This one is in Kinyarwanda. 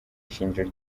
ishingiro